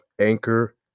Anchor